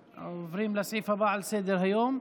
סדר-היום,